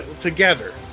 together